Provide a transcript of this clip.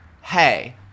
hey